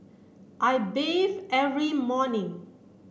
I bathe every morning